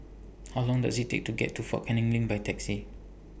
How Long Does IT Take to get to Fort Canning LINK By Taxi